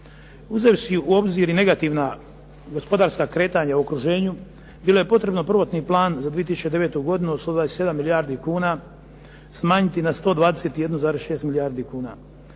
Uzevši u obzir i negativna gospodarska kretanja u okruženju bilo je potrebno prvotni plan za 2009. godinu 127 milijardi kuna smanjiti na 121,6 milijardi kuna.